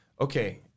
okay